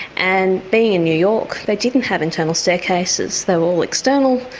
and being in new york, they didn't have internal staircases they were all external,